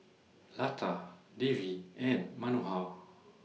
Lata Devi and Manohar